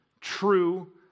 true